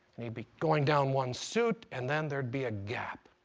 and he'd be going down one suit, and then there'd be a gap.